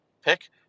pick